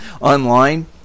online